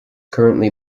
currently